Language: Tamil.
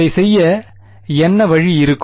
அதை செய்ய என்ன வழி இருக்கும்